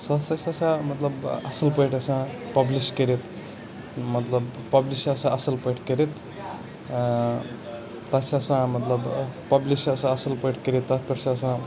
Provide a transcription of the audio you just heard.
سُہ ہسا چھُ آسان مطلب اَصٕل پٲٹھۍ آسان پَبلِش کٔرِتھ مطلب پَبلِش چھُ آسان اَصٕل پٲٹھۍ کٔرتھ مطلب پَبلِش چھُ آسان اَصٕل پٲٹھۍ کٔرِتھ تَتھ چھُ آسان مطلب پَبلِش چھُ آسان اَصٕل پٲٹھۍ کٔرِتھ مطلب تَتھ پٮ۪ٹھ چھُ آسان